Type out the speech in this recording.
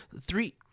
three